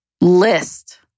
list